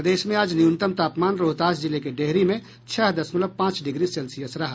प्रदेश में आज न्यूनतम तापमान रोहतास जिले के डेहरी में छह दशमलव पांच डिग्री सेल्सियस रहा